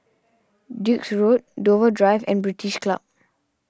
Duke's Road Dover Drive and British Club